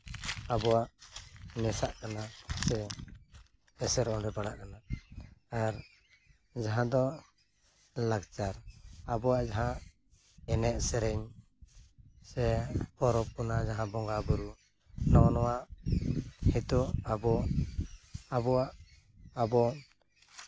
ᱟᱵᱚᱣᱟᱜ ᱢᱮᱥᱟᱜ ᱠᱟᱱᱟ ᱥᱮ ᱮᱥᱮᱨ ᱚᱸᱰᱮ ᱯᱟᱲᱟᱜ ᱠᱟᱱᱟ ᱟᱨ ᱡᱟᱦᱟᱸ ᱫᱚ ᱞᱟᱠᱪᱟᱨ ᱟᱵᱚᱣᱟᱜ ᱡᱟᱦᱟᱸ ᱮᱱᱮᱡ ᱥᱮᱨᱮᱧ ᱥᱮ ᱯᱚᱨᱚᱵᱽ ᱚᱱᱟ ᱡᱟᱦᱟᱸ ᱵᱚᱸᱜᱟᱼᱵᱳᱨᱳ ᱱᱚᱜᱼᱚᱱᱟ ᱱᱤᱛᱚᱜ ᱟᱵᱚ ᱟᱵᱚᱣᱟᱜ ᱟᱵᱚ